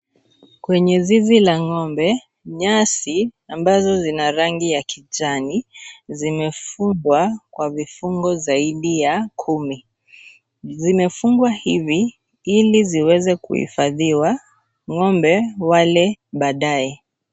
Kwenye zizi la ng'ombe, nyasi ambazo zina rangi ya kijani, zimefugwa kwa vifungo zaidi ya kumi. Zimefungwa hivi ili ziweze kuhifadhiwa ng'ombe wale baadaye.